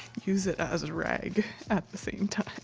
use it as a rag at the same time.